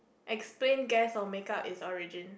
explain guess or make up its origin